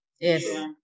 yes